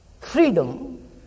freedom